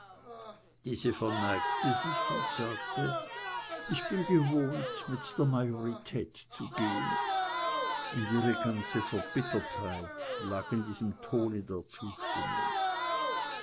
diese verneigte sich und sagte ich bin gewohnt mit der majorität zu gehen und ihre ganze verbittertheit lag in diesem tone der zustimmung